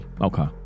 Okay